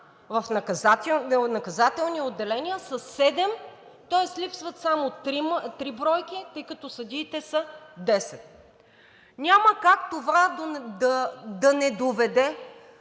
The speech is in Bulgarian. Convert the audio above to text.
в наказателни отделения са седем, тоест липсват само три бройки, тъй като съдиите са 10. Няма как това да не доведе